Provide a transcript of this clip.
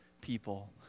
people